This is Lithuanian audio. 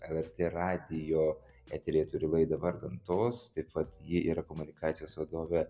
lrt radijo eteryje turi laidą vardan tos taip pat ji yra komunikacijos vadovė